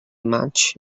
maig